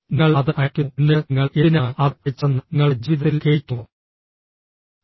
നിങ്ങൾ അത് അയയ്ക്കുന്നു എന്നിട്ട് നിങ്ങൾ എന്തിനാണ് അത് അയച്ചതെന്ന് നിങ്ങളുടെ ജീവിതത്തിൽ ഖേദിക്കുന്നു